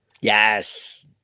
Yes